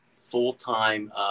full-time